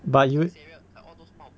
but you would